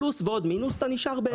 פלוס ומינוס אתה נשאר ברווח.